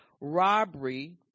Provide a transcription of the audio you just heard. robbery